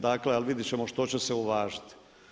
Dakle ali vidjet ćemo što će se uvažiti.